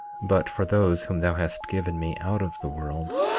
but for those whom thou hast given me out of the world,